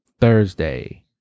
Thursday